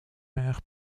vers